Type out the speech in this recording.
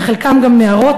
וחלקם גם נערות,